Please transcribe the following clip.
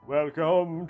Welcome